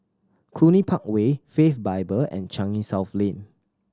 Cluny Park Way Faith Bible and Changi South Lane